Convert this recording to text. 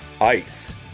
Ice